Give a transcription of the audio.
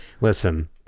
Listen